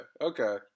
okay